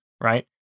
right